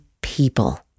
people